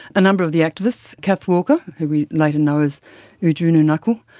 a number of the activists, kath walker who we later know as oodgeroo noonuccal,